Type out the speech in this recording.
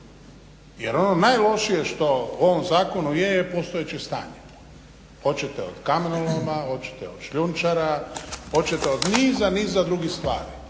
jer ono najlošije što u ovom zakonu je, je postojeće stanje hoćete od kamenoloma, oćete od šljunčara, očete od niza, niza drugih stvari.